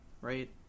right